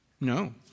No